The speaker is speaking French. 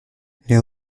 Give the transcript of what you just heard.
les